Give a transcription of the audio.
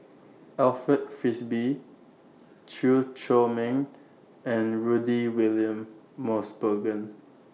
Alfred Frisby Chew Chor Meng and Rudy William Mosbergen